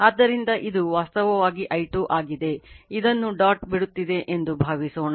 ಆದ್ದರಿಂದ ಇದು ವಾಸ್ತವವಾಗಿ i2 ಆಗಿದೆ ಇದನ್ನು ಡಾಟ್ ಬಿಡುತ್ತಿದೆ ಎಂದು ಭಾವಿಸೋಣ